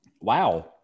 Wow